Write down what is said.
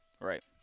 Right